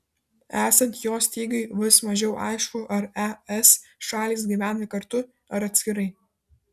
esant jo stygiui vis mažiau aišku ar es šalys gyvena kartu ar atskirai